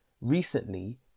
Recently